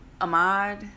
Ahmad